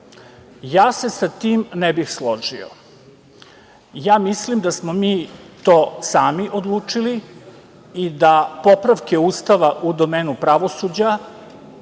Ja se sa tim ne bih složio. Mislim da smo mi to sami odlučili i da popravke Ustava u domenu pravosuđa